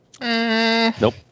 Nope